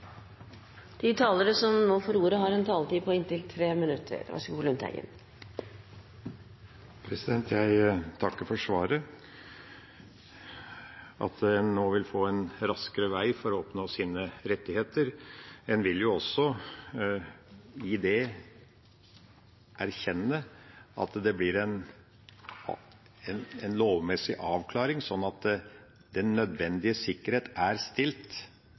De talere som heretter har ordet, får en taletid på inntil 3 minutter. Jeg takker for svaret. En vil nå få en raskere vei for å oppnå sine rettigheter – en vil også med det erkjenne at det blir en lovmessig avklaring, sånn at den nødvendige sikkerheten er stilt.